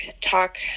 talk